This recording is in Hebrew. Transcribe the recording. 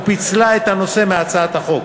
ופיצלה את הנושא מהצעת החוק.